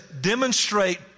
Demonstrate